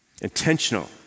Intentional